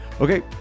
Okay